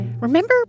Remember